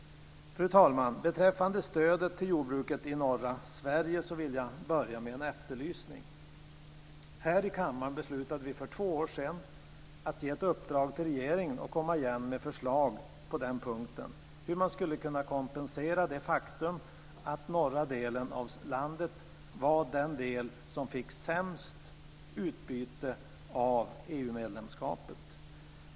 Fru talman! Beträffande stödet till jordbruket i norra Sverige vill jag börja med en efterlysning. Här i kammaren beslutade vi för två år sedan att ge ett uppdrag till regeringen att komma igen med förslag på den punkten, hur man skulle kunna kompensera det faktum att norra delen av landet var den del som fick sämst utbyte av EU-medlemskapet.